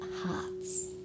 hearts